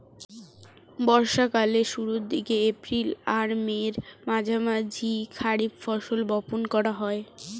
বর্ষা কালের শুরুর দিকে, এপ্রিল আর মের মাঝামাঝি খারিফ শস্য বপন করা হয়